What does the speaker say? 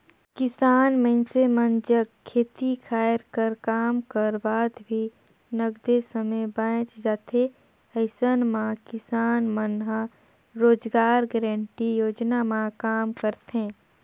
किसान मइनसे मन जग खेती खायर कर काम कर बाद भी नगदे समे बाएच जाथे अइसन म किसान मन ह रोजगार गांरटी योजना म काम करथे